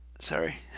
Sorry